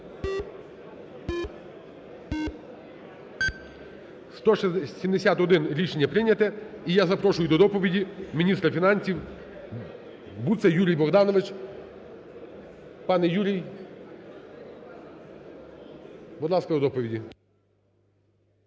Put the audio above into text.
171. Рішення прийняте. І я запрошую до доповіді міністра фінансів Буца Юрій Богданович. Пане Юрій, будь ласка, до доповіді.